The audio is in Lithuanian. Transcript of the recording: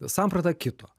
samprata kito